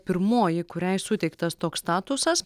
pirmoji kuriai suteiktas toks statusas